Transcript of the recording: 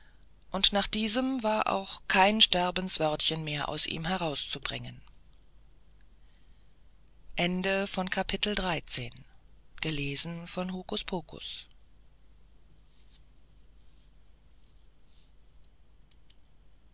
und nach diesem war auch kein sterbenswörtchen mehr aus ihm herauszubringen